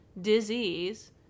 disease